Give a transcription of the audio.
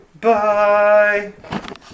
Bye